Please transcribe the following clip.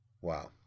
Wow